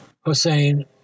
Hussein